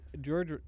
George